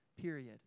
period